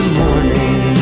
morning